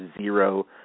zero